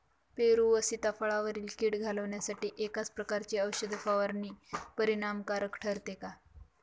पेरू व सीताफळावरील कीड घालवण्यासाठी एकाच प्रकारची औषध फवारणी परिणामकारक ठरते का?